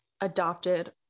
adopted